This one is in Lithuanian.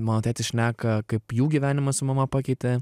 mano tėtis šneka kaip jų gyvenimą su mama pakeitė